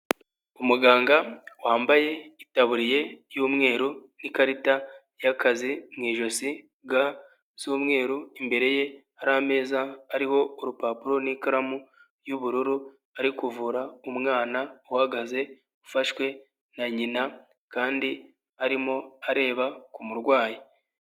Umuganga wambaye itaburiye y'umweru n'ikarita y'akazi mu ijosi ga z'umweru imbere ye hari ameza ariho urupapuro n'ikaramu y'ubururu ari kuvura umwana uhagaze ufashwe na nyina kandi arimo areba ku murwayi.